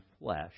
flesh